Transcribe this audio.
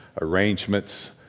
arrangements